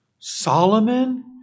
Solomon